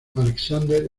alexander